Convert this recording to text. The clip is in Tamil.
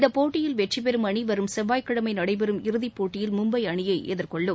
இந்தப் போட்டியில் வெற்றிபெறும் அணிவரும் செவ்வாய்க்கிழமைநடைபெறும் இறுதிப்போட்டியில் மும்பைஅணியைஎதிர்கொள்ளும்